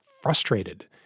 frustrated